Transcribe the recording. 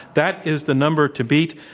that is the number to beat.